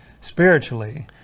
spiritually